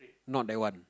not that one